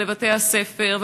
לבתי-הספר,